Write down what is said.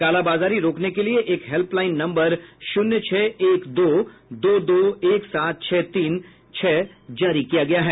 कालाबाजारी रोकने के लिये एक हेल्पलाईन नम्बर शून्य छह एक दो दो दो एक सात छह तीन छह जारी किया गया है